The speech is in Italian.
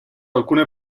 alcune